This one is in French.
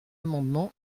amendements